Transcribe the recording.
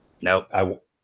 Nope